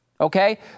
okay